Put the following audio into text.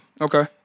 Okay